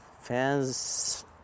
Fans